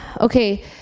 Okay